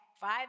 Five